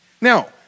Now